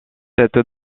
cette